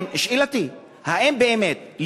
שאלתי: האם באמת,